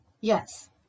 yes